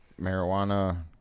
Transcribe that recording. marijuana